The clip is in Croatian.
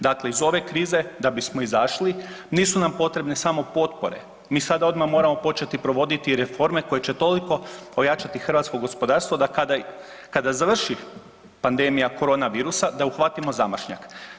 Dakle, iz ove krize da bismo izašli nisu nam potrebne samo potpore, mi sada odma moramo početi provoditi reforme koje će toliko ojačati hrvatsko gospodarstvo da kada, kada završi pandemija korona virusa da uhvatimo zamašnjak.